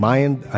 Mind